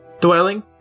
dwelling